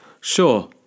Sure